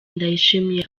ndayishimiye